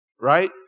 right